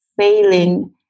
failing